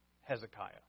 Hezekiah